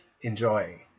enjoy